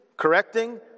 correcting